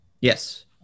yes